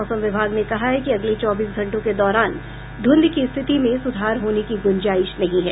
मौसम विभाग ने कहा है कि अगले चौबीस घंटों के दौरान धूंध की स्थिति में सुधार होने की गुंजाइश नहीं है